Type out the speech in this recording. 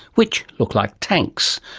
which look like tanks.